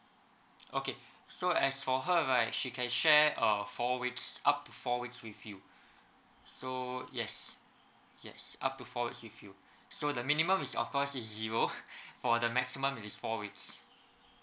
okay so as for her right she can share uh for weeks up to four weeks with you so yes yes up to four weeks with you so the minimum is of course is zero for the maximum is four weeks